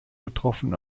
betroffen